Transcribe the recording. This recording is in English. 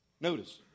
Notice